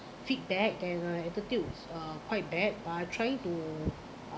feedback their uh attitudes uh quite bad but I'm trying to uh